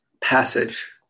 passage